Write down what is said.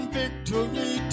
victory